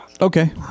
Okay